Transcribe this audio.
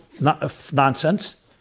nonsense